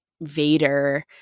Vader